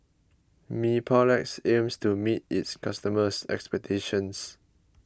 Mepilex aims to meet its customers' expectations